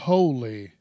Holy